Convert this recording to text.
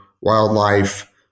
wildlife